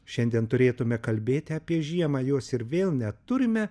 šiandien turėtume kalbėti apie žiemą jos ir vėl neturime